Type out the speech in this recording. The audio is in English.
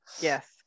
Yes